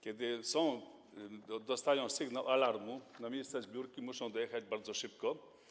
Kiedy dostają sygnał alarmu, na miejsce zbiórki muszą dojechać bardzo szybko.